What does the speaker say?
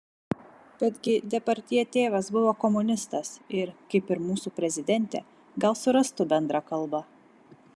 bet gi depardjė tėvas buvo komunistas ir kaip ir mūsų prezidentė gal surastų bendrą kalbą